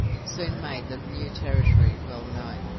soon made the new territory well known,